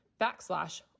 backslash